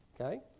Okay